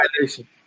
violation